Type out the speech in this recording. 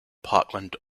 parkland